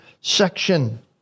section